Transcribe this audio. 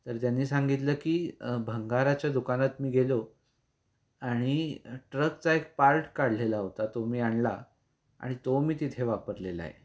तर त्यांनी सांगितलं की भंगाराच्या दुकानात मी गेलो आणि ट्रकचा एक पार्ट काढलेला होता तो मी आणला आणि तो मी तिथे वापरलेला आहे